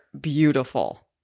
beautiful